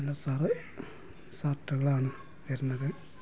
നല്ല സർ സർട്ടുകളാണ് വരണത്